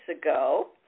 ago